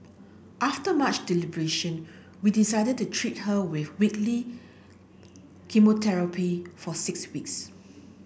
after much deliberation we decided to treat her with weekly chemotherapy for six weeks